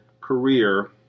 career